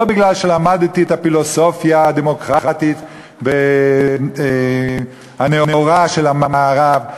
לא כי למדתי את הפילוסופיה הדמוקרטית הנאורה של המערב.